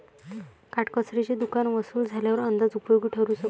काटकसरीचे दुकान वसूल झाल्यावर अंदाज उपयोगी ठरू शकतो